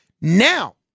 Now